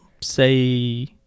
say